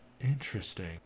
Interesting